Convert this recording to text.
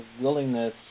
willingness